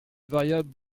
variable